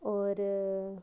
होर